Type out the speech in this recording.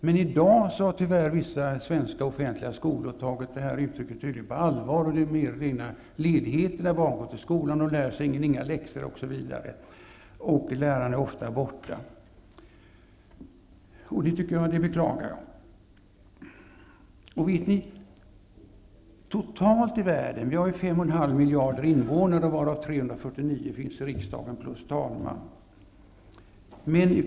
Men i dag har tyvärr vissa svenska offentliga skolor tydligen tagit detta ord på allvar, så till vida att det är rena ledigheter när barnen går till skolan, att de inte lär sig några läxor osv., och lärarna är ofta borta. Det beklagar jag. Det finns totalt i världen 5 1/2 miljarder människor, varav 349 plus talman finns här i riksdagen.